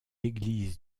église